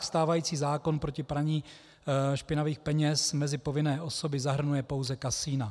Stávající zákon proti praní špinavých peněz mezi povinné osoby zahrnuje pouze kasina.